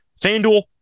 FanDuel